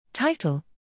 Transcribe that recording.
Title